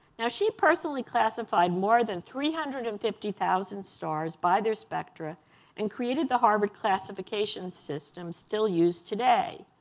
now she personally classified more than three hundred and fifty thousand stars by their spectra and created the harvard classification system still used today.